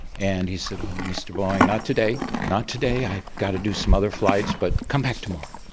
and he said, mr boeing, not today, not today, i've got to do some other flights, but come back tomorrow.